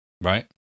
right